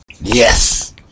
Yes